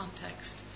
context